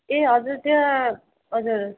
ए हजुर त्यहाँ हजुर